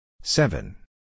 Seven